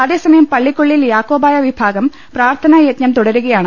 അതേസമയം പള്ളിക്കു ള്ളിൽ യാക്കോബായ വിഭാഗം പ്രാർത്ഥനാ യജ്ഞം തുടരുകയാണ്